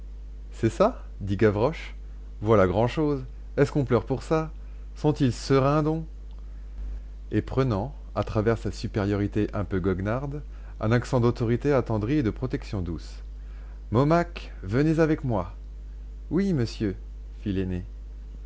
c'est ça dit gavroche voilà grand'chose est-ce qu'on pleure pour ça sont-ils serins donc et prenant à travers sa supériorité un peu goguenarde un accent d'autorité attendrie et de protection douce momacques venez avec moi oui monsieur fit l'aîné